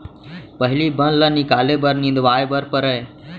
पहिली बन ल निकाले बर निंदवाए बर परय